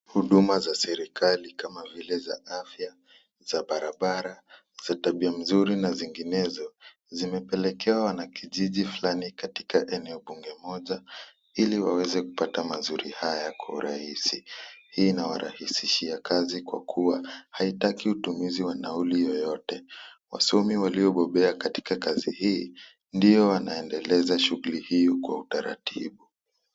Huduma za serikali kama vile za afya, za barabara, za tabia mzuri na zinginezo zimepelekewa wanakijiji fulani katika eneo bunge moja ili waweze kupata mazuri haya kwa urahisi. Hii inawarahisishia kazi kwa kuwa haitaki utumizi wa nauli yoyote. Wasomi waliobobea katika kazi hii ndio wanaendeleza shughuli hii kwa utaratibu.